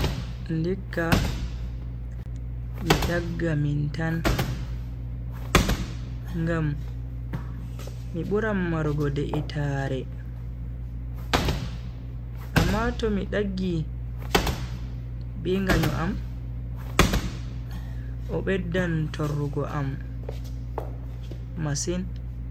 Ndikka mi dagga min tan, ngam mi buran marugo deitaare, amma to mi daggi be nganyo am, o beddan torrugo am masin.